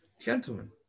gentlemen